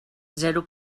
zero